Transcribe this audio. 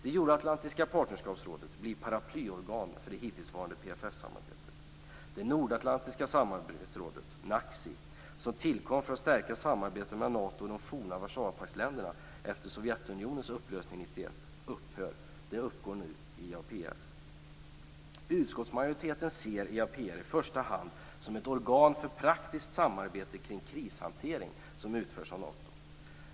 Euroatlantiska partnerskapsrådet blir paraplyorgan för det hittillsvarande NACC, som tillkom för att stärka samarbetet mellan Utskottsmajoriteten ser i första hand EAPR som ett organ för praktiskt samarbete kring krishantering som utförs av Nato.